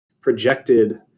projected